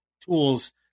tools